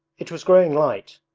it was growing light.